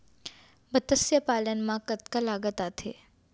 मतस्य पालन मा कतका लागत आथे?